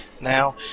Now